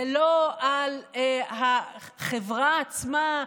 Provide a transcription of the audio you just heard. זה לא על החברה עצמה,